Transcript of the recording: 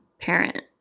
parent